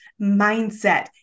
mindset